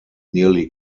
nearly